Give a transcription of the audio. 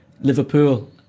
Liverpool